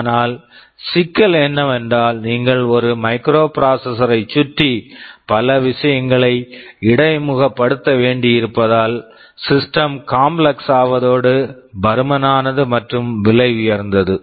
ஆனால் சிக்கல் என்னவென்றால் நீங்கள் ஒரு மைக்ரோபிராசஸர்ஸ் microprocessor -ஐச் சுற்றி பல விஷயங்களை இடைமுகப்படுத்த வேண்டியிருப்பதால் சிஸ்டம் system காம்ப்ளெக்ஸ் complex ஆவதோடு பருமனானது மற்றும் விலை உயர்ந்தது